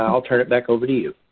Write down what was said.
ah i'll turn it back over to you.